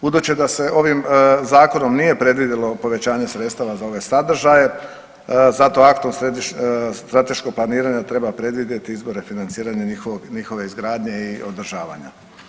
Budući da se ovim zakonom nije predvidjelo povećanje sredstava za ove sadržaje zato aktom o strateškom planiranju treba predvidjeti izvore financiranja njihove izgradnje i održavanja.